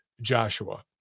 Joshua